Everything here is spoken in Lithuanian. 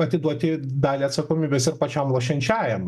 atiduoti dalį atsakomybės ir pačiam lošiančiajam